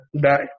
die